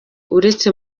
uretse